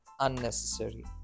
unnecessary